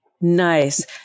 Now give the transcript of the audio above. Nice